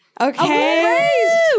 okay